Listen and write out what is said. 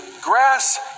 grass